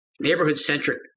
neighborhood-centric